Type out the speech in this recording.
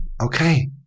okay